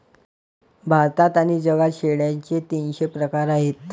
भारतात आणि जगात शेळ्यांचे तीनशे प्रकार आहेत